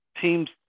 teams